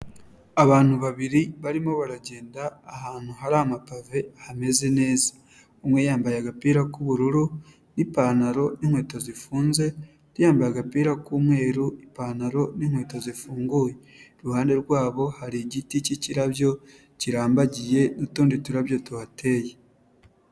Abantu babiri barimo baragenda ahantu hari amapave hameze neza, umwe yambaye agapira k'ubururu n'ipantaro n'inkweto zifunze, undi yambaye agapira k'umweru n'ipantaro n'inkweto zifunguye, iruhande rwabo hari igiti cy'ikirabyo kirambagiye n'utundi turabyo tuhateye.